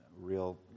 real